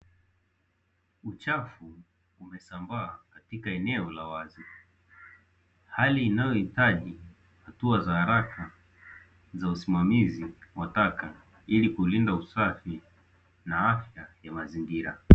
Uchafu umesambaa katika eneo la wazi, hali inayohitaji hatua za haraka za usimamizi wa taka, ili kulinda usafi na afya ya mazingira.